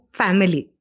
family